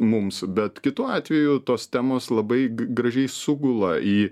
mums bet kitu atveju tos temos labai gražiai sugula į